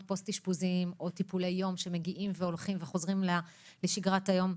פוסט אשפוזיים או טיפולי יום שמגיעים והולכים וחוזרים לשגרת היום.